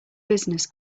business